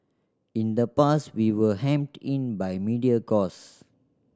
in the past we were hemmed in by media cost